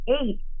eight